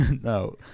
No